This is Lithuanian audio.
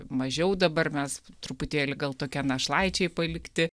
mažiau dabar mes truputėlį gal tokie našlaičiai palikti